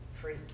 free